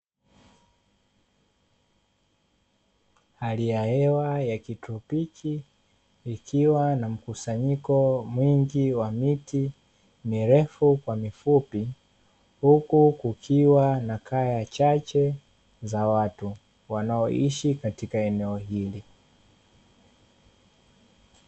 Hali ya hewa ya kitropiki ikiwa na mkusanyiko mwingi wa miti mirefu kwa mifupi, huku kukiwa na kaya chache za watu wanaoishi katika eneo hili.